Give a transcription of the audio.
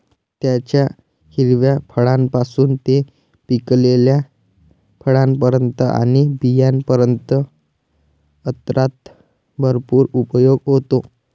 त्याच्या हिरव्या फळांपासून ते पिकलेल्या फळांपर्यंत आणि बियांपर्यंत अन्नात भरपूर उपयोग होतो